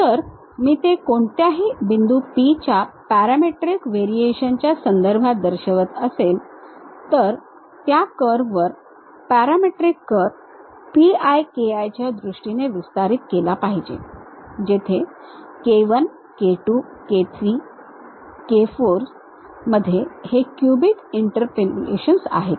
जर मी ते कोणत्याही बिंदू P च्या पॅरामेट्रिक व्हेरिएशनच्या संदर्भात दर्शवत असेल तर त्या कर्ववर parametric curve P i k i च्या दृष्टीने विस्तारित केला पाहिजे जेथे k 1 k 2 k 3 k 4s मध्ये हे क्यूबिक इंटरपोलेशन आहेत